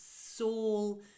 soul